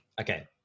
Okay